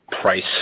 price